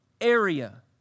area